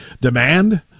demand